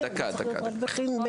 זה רק צריך להיות על ילדים.